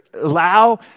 Allow